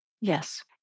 Yes